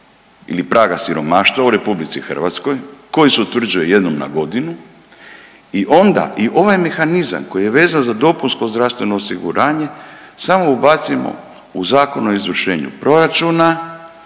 ili praga siromaštva u RH koji se utvrđuje jednom na godinu i onda i ovaj mehanizam koji je vezan za dopunsko zdravstveno osiguranje samo ubacimo u Zakon o izvršenju proračuna